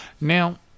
Now